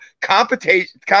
Competition